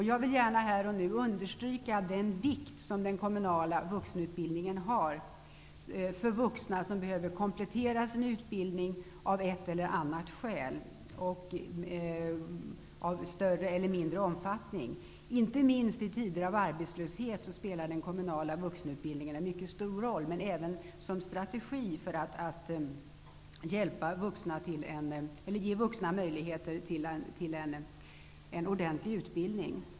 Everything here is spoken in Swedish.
Jag vill gärna här och nu understryka den betydelse som den kommunala vuxenutbildningen har för vuxna som i större eller mindre omfattning behöver komplettera sin utbildning av ett eller annat skäl. Inte minst i tider av arbetslöshet spelar den kommunala vuxenutbildningen en mycket stor roll, men även som strategi för att ge vuxna möjligheter till en ordentlig utbildning.